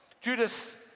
Judas